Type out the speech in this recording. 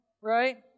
right